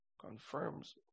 confirms